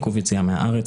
עיכוב יציאה מהארץ,